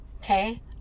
okay